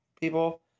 people